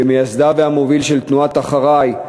כמייסד והמוביל של תנועת "אחריי!"